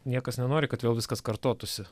niekas nenori kad vėl viskas kartotųsi